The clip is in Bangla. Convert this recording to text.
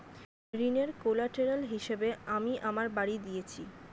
ঋনের কোল্যাটেরাল হিসেবে আমি আমার বাড়ি দিয়েছি